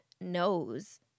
knows